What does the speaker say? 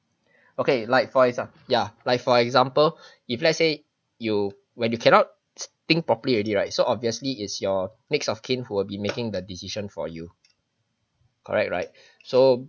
okay like for exa~ ya like for example if let's say you when you cannot think properly already right so obviously is your next of kin who will be making the decision for you correct right so